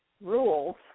rules